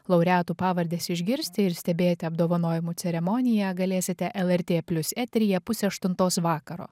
laureatų pavardes išgirsti ir stebėti apdovanojimų ceremoniją galėsite lrt plius eteryje pusę aštuntos vakaro